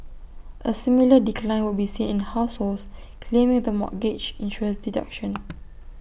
A similar decline would be seen in households claiming the mortgage interest deduction